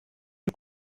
you